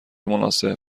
مناسب